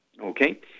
Okay